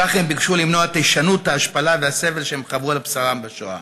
כך הם ביקשו למנוע את הישנות ההשפלה והסבל שהם חוו על בשרם בשואה.